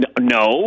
no